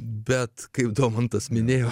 bet kai domantas minėjo